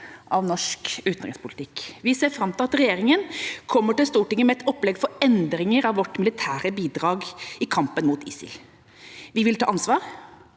av norsk utenrikspolitikk. Vi ser fram til at regjeringa kommer til Stortinget med et opplegg for endringer av vårt militære bidrag i kampen mot ISIL. Vi vil ta ansvar,